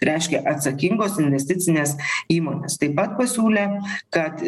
reiškia atsakingos investicinės įmonės taip pat pasiūlė kad